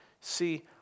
See